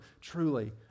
truly